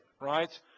right